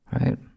right